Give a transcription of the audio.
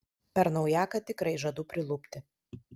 per naujaką tikrai žadu prilupti